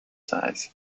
size